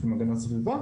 הסביבה.